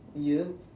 ya